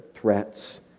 threats